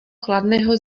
chladného